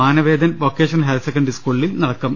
Manavedan vocational higher secondary സ്കൂളിലും നടക്കും